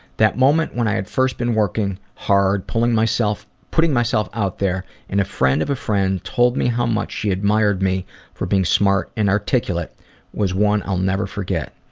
that moment when i had first been working hard putting myself putting myself out there and a friend of a friend told me how much she admired me for being smart and articulate was one i'll never forget.